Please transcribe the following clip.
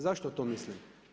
Zašto to mislim?